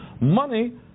money